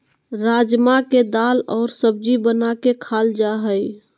राजमा के दाल और सब्जी बना के खाल जा हइ